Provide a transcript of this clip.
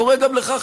אני קורא גם לך,